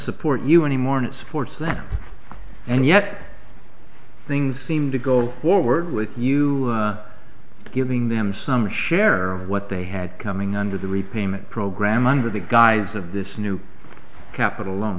support you anymore and it supports them and yet things seem to go forward with you giving them some share what they had coming under the repayment program under the guise of this new capital lo